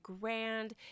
grand